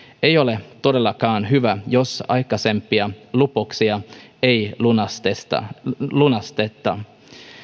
ei ole todellakaan hyvä jos aikaisempia lupauksia ei lunasteta lunasteta